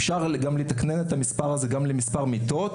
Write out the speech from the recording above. אפשר לתקנן את המספר הזה גם למספר מיטות